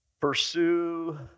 Pursue